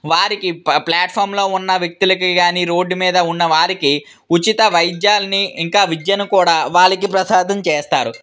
వారికి ప్లాట్ఫామ్లో ఉన్న వ్యక్తులకి కానీ రోడ్డు మీద ఉన్న వారికి ఉచిత వైద్యాలని ఇంకా విద్యను కూడా వాళ్ళకి ప్రసాదం చేస్తారు